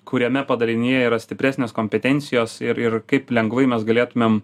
kuriame padalinyje yra stipresnės kompetencijos ir ir kaip lengvai mes galėtumėm